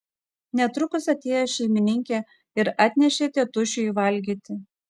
netrukus atėjo šeimininkė ir atnešė tėtušiui valgyti